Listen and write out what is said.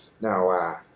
Now